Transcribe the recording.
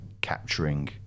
capturing